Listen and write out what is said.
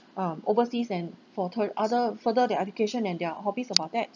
um overseas and for tur~ other further their education and their hobbies about that